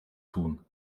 tun